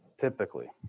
typically